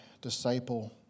disciple